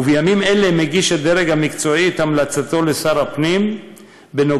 ובימים אלה מגיש הדרג המקצועי את המלצתו לשר הפנים בנוגע